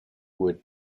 would